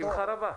בשמחה רבה.